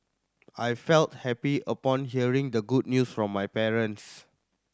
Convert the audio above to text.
I felt happy upon hearing the good news from my parents